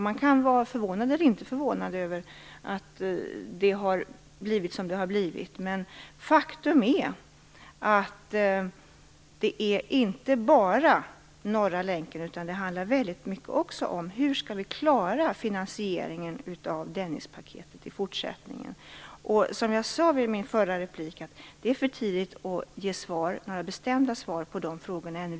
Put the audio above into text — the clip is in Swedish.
Man kan vara förvånad eller inte förvånad över att det har blivit som det har blivit, men faktum är att det inte bara handlar om Norra länken. Det handlar också mycket om hur vi skall klara av finansieringen av Dennispaketet i fortsättningen. Som jag sade i min förra replik är det för tidigt att ge några bestämda svar på de här frågorna ännu.